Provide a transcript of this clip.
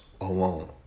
alone